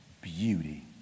beauty